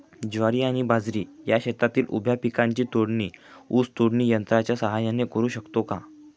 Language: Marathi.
ज्वारी आणि बाजरी या शेतातील उभ्या पिकांची तोडणी ऊस तोडणी यंत्राच्या सहाय्याने करु शकतो का?